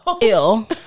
ill